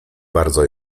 bardzo